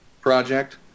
project